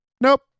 nope